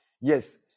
Yes